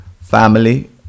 Family